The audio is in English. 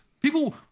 People